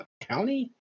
county